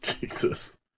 Jesus